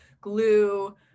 glue